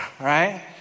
right